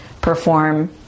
perform